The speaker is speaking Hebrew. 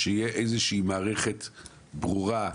כך שתהיה איזושהי מערכת ברורה,